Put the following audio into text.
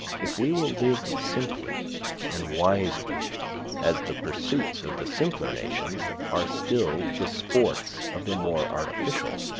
if we will live simply and wisely as the pursuits of the simpler nations are still the sports of the more artificial.